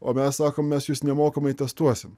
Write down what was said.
o mes sakom mes jus nemokamai testuosim